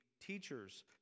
teachers